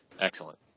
Excellent